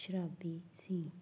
ਸ਼ਰਾਬੀ ਸੀ